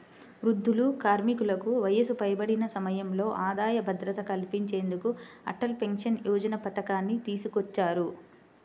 వృద్ధులు, కార్మికులకు వయసు పైబడిన సమయంలో ఆదాయ భద్రత కల్పించేందుకు అటల్ పెన్షన్ యోజన పథకాన్ని తీసుకొచ్చారు